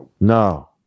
No